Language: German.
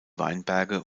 weinberge